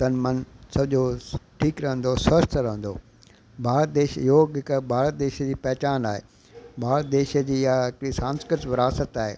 तनु मनु सॼो ठीकु रहंदो स्वस्थ रहंदो भारत देश योग जेका भारत देश जी पहचान आहे भारत देश जी इहा हिकिड़ी सांस्कृत विरासत आहे